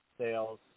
sales